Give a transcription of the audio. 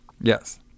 yes